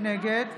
נגד